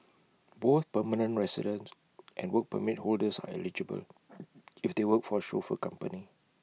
both permanent residents and Work Permit holders are eligible if they work for A chauffeur company